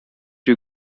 you